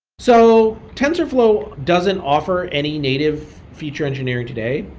so tensorflow doesn't offer any native feature engineering today.